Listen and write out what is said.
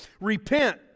repent